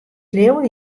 leauwe